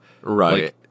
Right